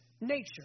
nature